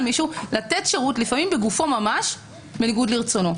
מישהו לתת שירות לפעמים בגופו ממש בניגוד לרצונו.